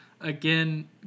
Again